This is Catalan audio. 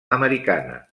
americana